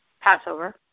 Passover